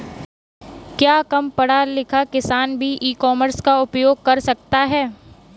क्या कम पढ़ा लिखा किसान भी ई कॉमर्स का उपयोग कर सकता है?